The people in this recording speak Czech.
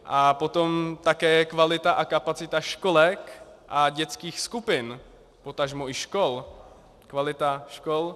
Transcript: A potom také kvalita a kapacita školek a dětských skupin, potažmo i škol, kvalita škol.